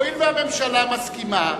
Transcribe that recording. הואיל והממשלה מסכימה,